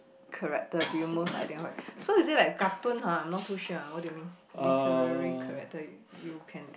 character do you most identified so is it like cartoon [huh] I not too sure what do you mean literary character you can